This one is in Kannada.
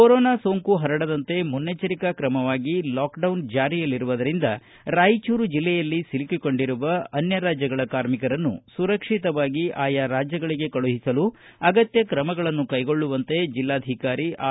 ಕೊರೋನಾ ಸೋಂಕು ಪರಡದಂತೆ ಮುನ್ನೆಜ್ಜರಿಕಾ ಕ್ರಮವಾಗಿ ಲಾಕ್ಡೌನ್ ಜಾರಿಯಲ್ಲಿರುವದರಿಂದ ರಾಯಚೂರು ಜಿಲ್ಲೆಯಲ್ಲಿ ಸಿಲುಕಿಕೊಂಡಿರುವ ಅನ್ಯ ರಾಜ್ಯಗಳ ಕಾರ್ಮಿಕರನ್ನು ಸುರಕ್ಷಿತವಾಗಿ ಆಯಾ ರಾಜ್ಯಗಳಿಗೆ ಕಳುಹಿಸಲು ಅಗತ್ಯ ಕ್ರಮಗಳನ್ನು ಕೈಗೊಳ್ಳುವಂತೆ ಜಿಲ್ಲಾಧಿಕಾರಿ ಆರ್